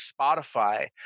Spotify